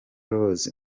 rose